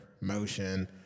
motion